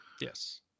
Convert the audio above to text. Yes